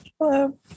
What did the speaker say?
hello